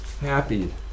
happy